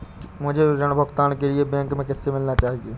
मुझे ऋण भुगतान के लिए बैंक में किससे मिलना चाहिए?